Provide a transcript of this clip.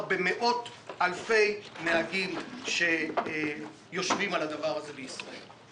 במאות-אלפי נהגים שיושבים על הדבר הזה בישראל.